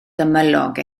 gymylog